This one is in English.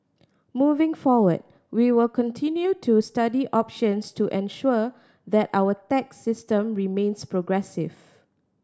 moving forward we will continue to study options to ensure that our tax system remains progressive